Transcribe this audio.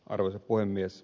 arvoisa puhemies